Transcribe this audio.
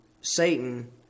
Satan